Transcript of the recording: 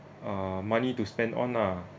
ah money to spend on ah